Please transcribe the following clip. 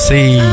see